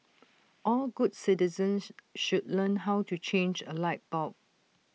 all good citizens should learn how to change A light bulb